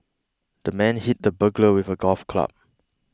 the man hit the burglar with a golf club